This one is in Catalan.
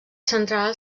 central